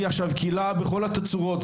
קהילה בכל התצורות,